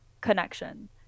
connection